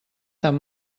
tan